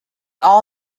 all